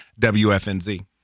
WFNZ